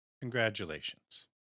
congratulations